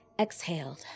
exhaled